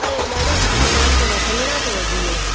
पर इहे ॾाढा सुठा कान अथव सनिड़ा अथव बीह